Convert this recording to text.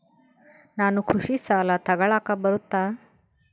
ನಾನು ಕೃಷಿ ಸಾಲ ತಗಳಕ ಬರುತ್ತಾ?